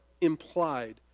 implied